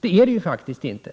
Det är det faktiskt inte.